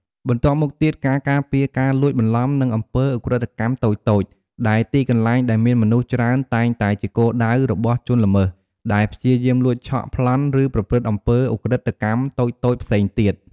បន្ទាប់មកទៀតការការពារការលួចបន្លំ និងអំពើឧក្រិដ្ឋកម្មតូចៗ ដែលទីកន្លែងដែលមានមនុស្សច្រើនតែងតែជាគោលដៅរបស់ជនល្មើសដែលព្យាយាមលួចឆក់ ប្លន់ ឬប្រព្រឹត្តអំពើឧក្រិដ្ឋកម្មតូចៗផ្សេងទៀត។